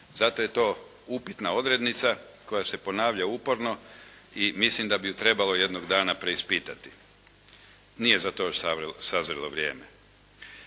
Zato je to upitna odrednica koja se ponavlja uporno i mislim da bi ju trebalo jednog dana preispitati. Nije za to još sazrelo vrijeme.